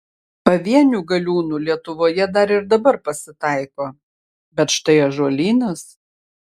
pavienių galiūnų lietuvoje dar ir dabar pasitaiko bet štai ąžuolynas